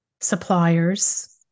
suppliers